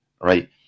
right